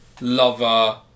lover